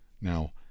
now